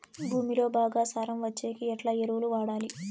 భూమిలో బాగా సారం వచ్చేకి ఎట్లా ఎరువులు వాడాలి?